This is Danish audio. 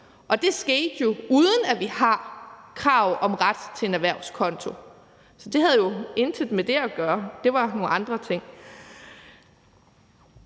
og det skete jo, uden at vi har krav om ret til en erhvervskonto. Så det havde jo intet med det at gøre. Det var nogle andre ting.